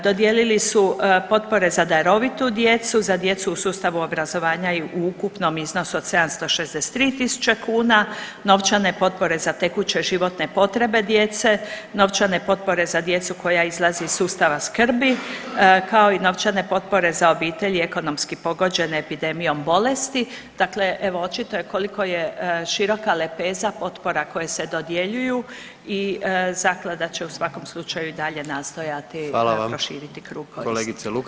Dodijelili su potpore za darovitu djecu, za djecu u sustavu obrazovanja u ukupnom iznosu od 763 tisuće kuna, novčane potpore za tekuće životne potrebe djece, novčane potpore za djecu koja izlazi iz sustava skrbi, kao i novčane potpore za obitelj i ekonomski pogođene epidemijom bolesti, dakle evo očito je koliko je široka lepeza potpora koja se dodjeljuju i Zaklada će u svakom slučaju dalje nastojati [[Upadica: Hvala vam.]] proširiti krug korisnika.